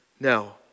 Now